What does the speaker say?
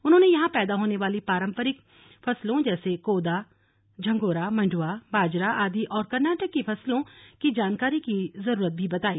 उन्होंने यहां पैदा होने वाली पारम्परिक फसलों जैसे कोदा झंगोरा मंड्वा बाजरा आदि और कर्नाटक की फसलों की जानकारी की जरूरत भी बताई